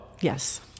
Yes